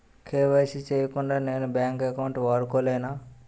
KYC చేయకుండా నేను bank account వాడుకొలేన?